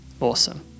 Awesome